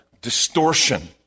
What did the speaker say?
distortion